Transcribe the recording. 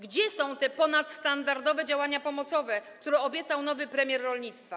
Gdzie są te ponadstandardowe działania pomocowe, które obiecał nowy minister rolnictwa?